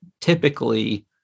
typically